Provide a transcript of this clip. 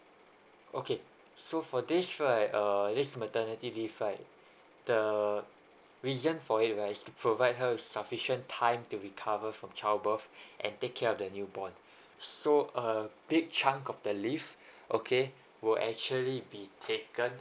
okay so for this right uh this maternity leave right the reason for you right is to provide her sufficient time to recover from child birth and take care of the new born so a big chunk of the leave okay we'll actually be taken